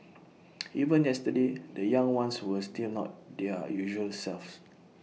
even yesterday the young ones were still not their usual selves